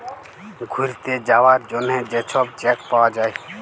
ঘ্যুইরতে যাউয়ার জ্যনহে যে ছব চ্যাক পাউয়া যায়